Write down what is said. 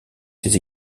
ses